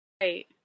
Right